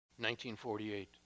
1948